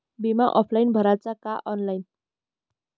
बिमा ऑफलाईन भराचा का ऑनलाईन?